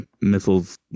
missiles